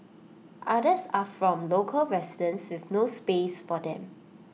others are from local residents with no space for them